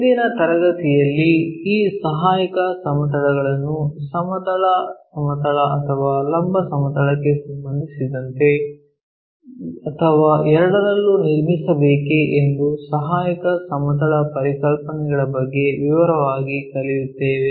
ಇಂದಿನ ತರಗತಿಯಲ್ಲಿ ಈ ಸಹಾಯಕ ಸಮತಲಗಳನ್ನು ಸಮತಲ ಸಮತಲ ಅಥವಾ ಲಂಬ ಸಮತಲಕ್ಕೆ ಸಂಬಂಧಿಸಿದಂತೆ ಅಥವಾ ಎರಡರಲ್ಲೂ ನಿರ್ಮಿಸಬೇಕೇ ಎಂದು ಸಹಾಯಕ ಸಮತಲ ಪರಿಕಲ್ಪನೆಗಳ ಬಗ್ಗೆ ವಿವರವಾಗಿ ಕಲಿಯುತ್ತೇವೆ